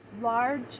large